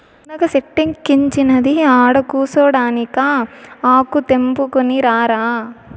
మునగ సెట్టిక్కించినది ఆడకూసోడానికా ఆకు తెంపుకుని రారా